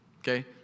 Okay